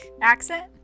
accent